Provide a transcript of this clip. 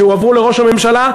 שהועברו לראש הממשלה,